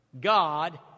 God